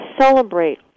Celebrate